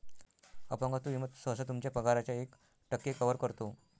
अपंगत्व विमा सहसा तुमच्या पगाराच्या एक टक्के कव्हर करतो